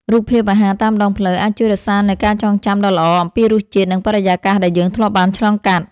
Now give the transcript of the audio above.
រូបភាពអាហារតាមដងផ្លូវ អាចជួយរក្សានូវការចងចាំដ៏ល្អអំពីរសជាតិ និងបរិយាកាសដែលយើងធ្លាប់បានឆ្លងកាត់។